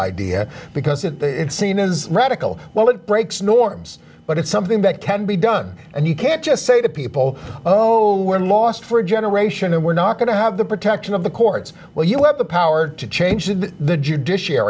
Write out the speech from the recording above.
idea because if it's seen as radical well it breaks norms but it's something that can be done and you can't just say to people oh we're lost for a generation and we're not going to have the protection of the courts will you have the power to change the